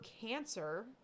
Cancer